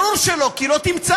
ברור שלא, כי לא תמצא.